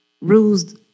rules